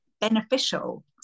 beneficial